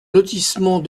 lotissement